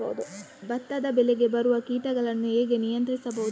ಭತ್ತದ ಬೆಳೆಗೆ ಬರುವ ಕೀಟಗಳನ್ನು ಹೇಗೆ ನಿಯಂತ್ರಿಸಬಹುದು?